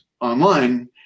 online